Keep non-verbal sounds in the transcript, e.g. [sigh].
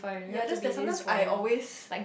ya just that sometimes I always [breath]